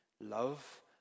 love